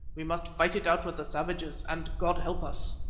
we must fight it out with the savages, and god help us!